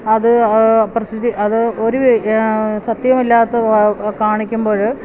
അത് ഒരു സത്യവുമില്ലാത്തത് കാണിക്കുമ്പോള്